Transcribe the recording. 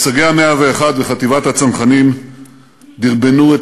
הישגי ה-101 וחטיבת הצנחנים דרבנו את